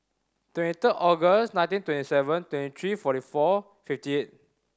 twenty third August nineteen twenty seven twenty three forty four fifty eight